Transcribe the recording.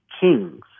kings